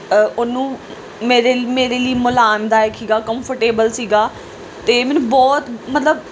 ਉਹਨੂੰ ਮੇਰੇ ਮੇਰੇ ਲਈ ਮਲਾਮਦਾਇਕ ਸੀਗਾ ਕੰਫਰਟੇਬਲ ਸੀਗਾ ਅਤੇ ਮੈਨੂੰ ਬਹੁਤ ਮਤਲਬ